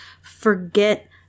forget